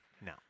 No